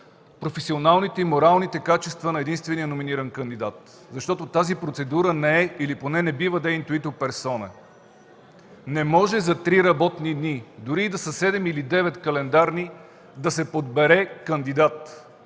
професионалните и моралните качества на единствения номиниран кандидат. Защото тази процедура не е или поне не бива да бъде „интуиту персоне”. Не може за три работни дни, дори и да са седем или девет календарни, да се подбере кандидат